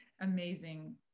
amazing